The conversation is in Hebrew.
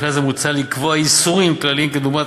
ואחרי זה מוצע לקבוע איסורים כלליים דוגמת